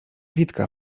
witka